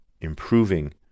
improving